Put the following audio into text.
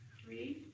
three,